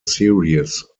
serious